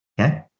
Okay